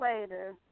later